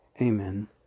Amen